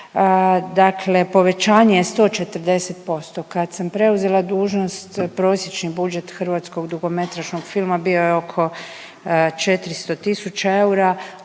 dakle povećanje je od 140%. Kad sam preuzela dužnost prosječni budžet hrvatskog dugometražnog filma bio je oko 400 tisuća eura,